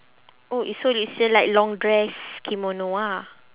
oh it's so it's still like long dress kimono ah